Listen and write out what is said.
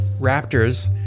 raptors